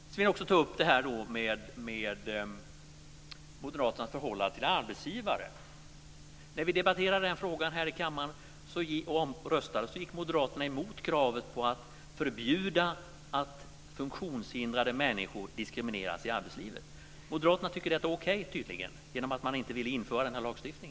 Jag vill också ta upp det här med moderaternas förhållande till arbetsgivare. När vi debatterade och röstade om den frågan här i kammaren gick moderaterna emot kravet på att förbjuda att funktionshindrade människor diskrimineras i arbetslivet. Moderaterna tycker tydligen att detta är okej eftersom man inte vill införa denna lagstiftning.